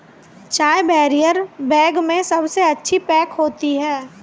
चाय barrier bag में सबसे अच्छी पैक होती है